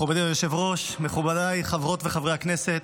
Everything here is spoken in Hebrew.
מכובדי היושב-ראש, מכובדיי חברות וחברי הכנסת,